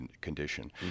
condition